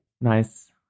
Nice